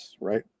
right